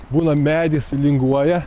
būna medis linguoja